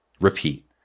repeat